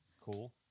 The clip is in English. Cool